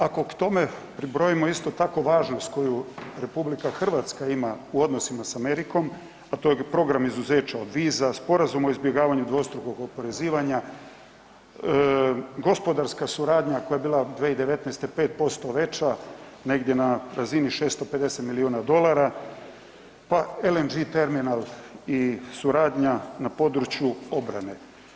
Ako k tome pribrojimo isto tako važnost koju RH ima u odnosima s Amerikom, a to je program izuzeća od viza, Sporazum o izbjegavanju dvostrukog oporezivanja, gospodarska suradnja koja je bila od 2019. 5% veća negdje na razini 650 milijuna dolara, pa LNG terminal i suradnja na području obrane.